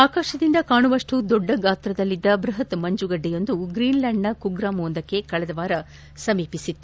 ಆಕಾಶದಿಂದ ಕಾಣುವಷ್ಟು ದೊಡ್ಡ ಗ್ರಾತದಲ್ಲಿದ್ದ ಬೃಹತ್ ಮಂಜುಗಡ್ಡೆ ಗ್ರೀನ್ಲ್ಕಾಂಡ್ನ ಕುಗ್ರಾಮಯೊಂದಕ್ಕೆ ಕಳೆದ ವಾರ ಸಮೀಪಿಸಿತ್ತು